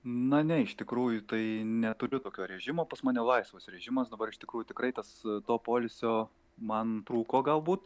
na ne iš tikrųjų tai neturiu tokio režimo pas mane laisvas režimas dabar iš tikrųjų tikrai tas to poilsio man trūko galbūt